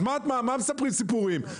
תפסיקו לספר סיפורים.